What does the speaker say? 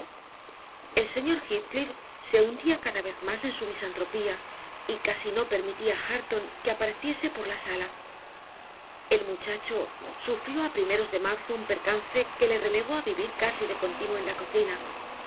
el señor heathcliff se hundía cada vez más en su misantropía y casi no permitía a hareton que apareciese por la sala el muchacho sufrió a primeros de marzo un percance que le relegó a vivir casi de continuo en la cocina